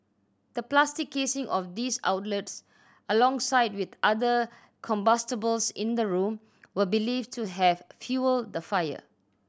the plastic casing of these outlets alongside with other combustibles in the room were believed to have fuelled the fire